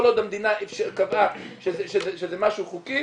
כל עוד המדינה קבעה שזה משהו חוקי,